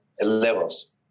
levels